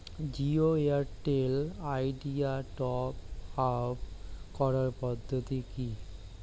Jio Airtel Idea top up করার পদ্ধতি কি?